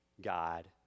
God